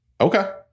Okay